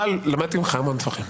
למדתי ממך הרבה דברים.